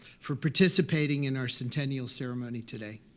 for participating in our centennial ceremony today.